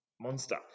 monster